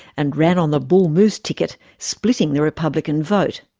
and ran on the bull moose ticket, splitting the republican vote.